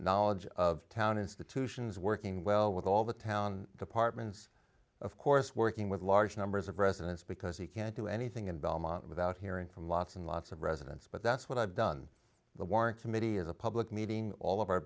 knowledge of town institutions working well with all the town departments of course working with large numbers of residents because you can't do anything in belmont without hearing from lots and lots of residents but that's what i've done the warrant committee is a public meeting all of our